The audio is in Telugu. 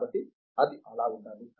కాబట్టి అది అలా ఉండాలి